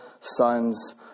sons